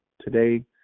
today